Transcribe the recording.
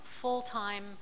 full-time